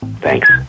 Thanks